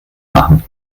machen